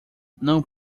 não